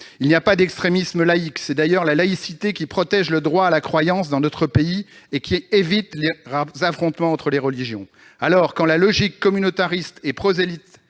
Il n'y a pas d'extrémisme laïque. C'est d'ailleurs la laïcité qui protège le droit à la croyance dans notre pays et qui évite les affrontements entre les religions. Alors, quand la logique communautariste et prosélyte